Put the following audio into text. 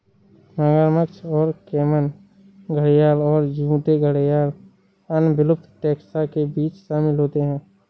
मगरमच्छ और कैमन घड़ियाल और झूठे घड़ियाल अन्य विलुप्त टैक्सा के बीच शामिल होते हैं